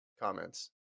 comments